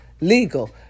legal